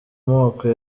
moko